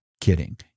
Kidding